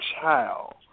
child